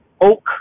oak